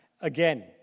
again